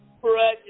precious